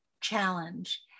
challenge